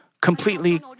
completely